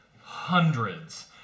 hundreds